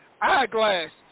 eyeglasses